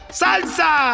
salsa